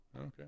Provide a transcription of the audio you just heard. Okay